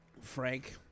Frank